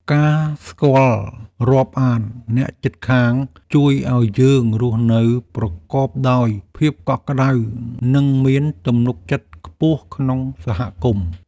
ការស្គាល់រាប់អានអ្នកជិតខាងជួយឱ្យយើងរស់នៅប្រកបដោយភាពកក់ក្តៅ និងមានទំនុកចិត្តខ្ពស់ក្នុងសហគមន៍។